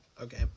okay